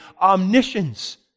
omniscience